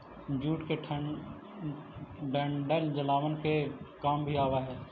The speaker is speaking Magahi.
जूट के डंठल जलावन के काम भी आवऽ हइ